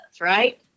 right